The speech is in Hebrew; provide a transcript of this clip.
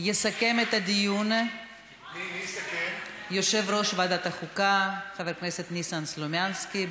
יסכם את הדיון יושב-ראש ועדת החוקה חבר הכנסת ניסן סלומינסקי.